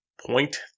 Point